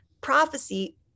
Prophecy